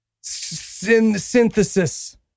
Synthesis